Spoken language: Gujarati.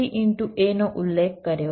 a નો ઉલ્લેખ કર્યો છે